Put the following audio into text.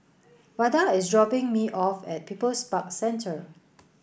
Vada is dropping me off at People's Park Centre